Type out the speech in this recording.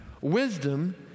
Wisdom